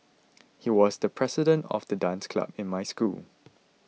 he was the president of the dance club in my school